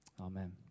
Amen